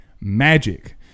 magic